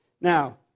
Now